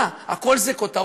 מה, הכול זה כותרות?